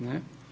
Ne.